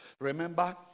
Remember